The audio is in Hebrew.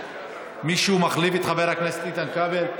מישהו מחליף את חבר הכנסת איתן כבל?